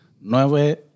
Nueve